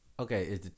Okay